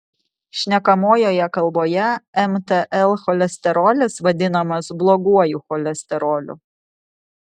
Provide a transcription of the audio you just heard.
šnekamojoje kalboje mtl cholesterolis vadinamas bloguoju cholesteroliu